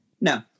No